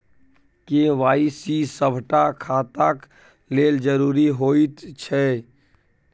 KYC सभटा खाताक लेल जरुरी होइत छै